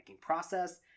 process